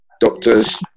doctors